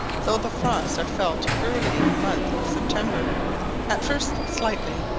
though the frosts are felt early in the month of september at first slightly,